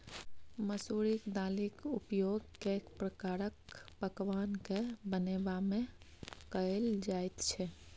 मसुरिक दालिक उपयोग कैक प्रकारक पकवान कए बनेबामे कएल जाइत छै